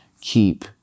keep